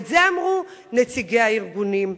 ואת זה אמרו נציגי הארגונים.